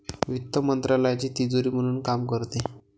वित्त मंत्रालयाची तिजोरी म्हणून काम करते